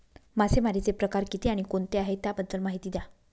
मासेमारी चे प्रकार किती आणि कोणते आहे त्याबद्दल महिती द्या?